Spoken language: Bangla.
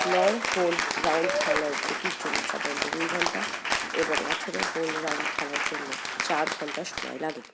নয় হোল রাউন্ড খেলার গতির জন্য সাধারণত দুই ঘন্টা এবং আঠারো হোল রাউন্ড খেলার জন্য চার ঘন্টা সময় লাগে